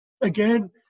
Again